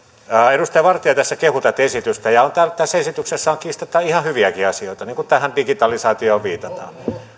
edustaja vartia tässä kehui tätä esitystä tässä esityksessä on kiistatta ihan hyviäkin asioita niin kuin on tähän digitalisaatioon viitattu